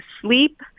sleep